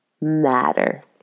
matter